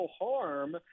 harm